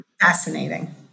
fascinating